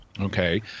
Okay